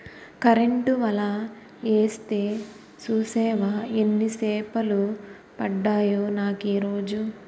Current వల యేస్తే సూసేవా యెన్ని సేపలు పడ్డాయో నాకీరోజు?